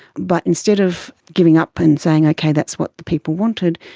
but instead of giving up and saying, okay, that's what the people wanted,